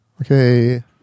Okay